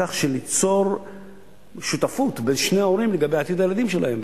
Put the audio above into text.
בכך שניצור שותפות בין שני ההורים לגבי עתיד הילדים שלהם.